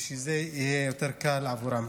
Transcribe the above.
וזה יותר קל עבורם.